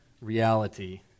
reality